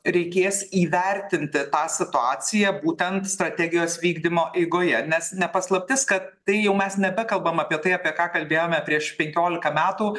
reikės įvertinti tą situaciją būtent strategijos vykdymo eigoje nes ne paslaptis kad tai jau mes nebekalbam apie tai apie ką kalbėjome prieš penkiolika metų